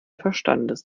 verstandes